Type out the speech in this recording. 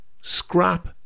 Scrap